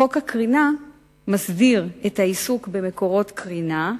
חוק הקרינה מסדיר את העיסוק במקורות קרינה,